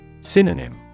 Synonym